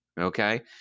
Okay